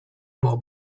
było